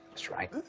mr. wright.